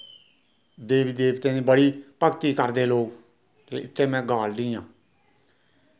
देवी देवतें दी बड़ी भगती करदे लोग ते में गालडी आं